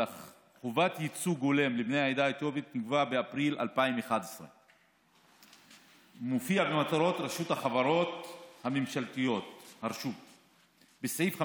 חובת ייצוג הולם לבני העדה האתיופית נקבעה באפריל 2011. זה מופיע במטרות רשות החברות הממשלתיות בסעיף 54(7ב)